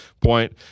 point